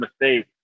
mistake